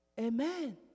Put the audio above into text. Amen